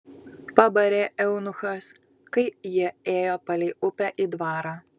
pabarė eunuchas kai jie ėjo palei upę į dvarą